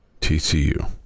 TCU